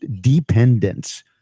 dependence